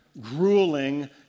grueling